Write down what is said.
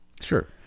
sure